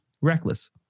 reckless